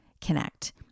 connect